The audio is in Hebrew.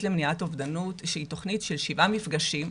למניעת אובדנות שהיא תוכנית של תשעה מפגשים.